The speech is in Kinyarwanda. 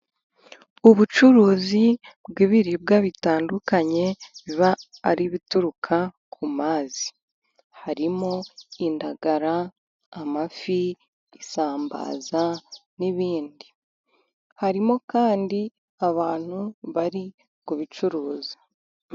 Ubucuruzi bw'ibiribwa bitandukanye, biba ari ibituruka ku mazi harimo indagara, amafi, isambaza n'ibindi, harimo kandi abantu bari kubicuruza.